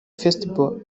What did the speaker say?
festival